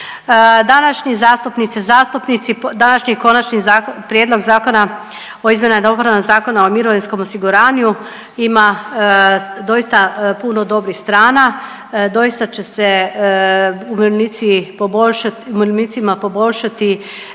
i zastupnici, današnji Konačni prijedlog zakona o izmjenama i dopunama Zakona o mirovinskom osiguranju ima doista puno dobrih strana, doista će se umirovljenici poboljšat,